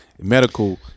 Medical